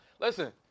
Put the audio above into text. Listen